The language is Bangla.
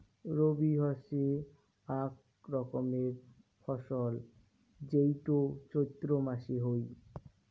রবি হসে আক রকমের ফসল যেইটো চৈত্র মাসে হই